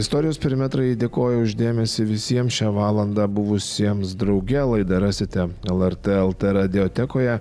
istorijos perimetrai dėkoju už dėmesį visiems šią valandą buvusiems drauge laidą rasite lrt lt radiotekoje